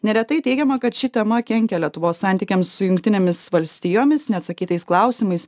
neretai teigiama kad ši tema kenkia lietuvos santykiams su jungtinėmis valstijomis neatsakytais klausimais